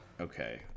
Okay